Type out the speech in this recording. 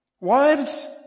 Wives